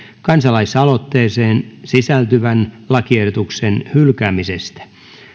kansalaisaloitteeseen sisältyvän lakiehdotuksen hylkäämisestä